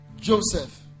Joseph